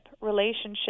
relationship